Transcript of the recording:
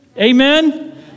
Amen